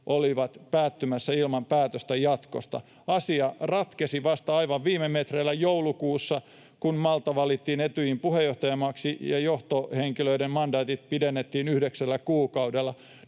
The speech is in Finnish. olivat päättymässä ilman päätöstä jatkosta. Asia ratkesi vasta aivan viime metreillä joulukuussa, kun Malta valittiin Etyjin puheenjohtajamaaksi ja johtohenkilöiden mandaatteja pidennettiin yhdeksällä kuukaudella.